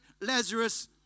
Lazarus